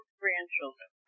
grandchildren